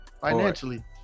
financially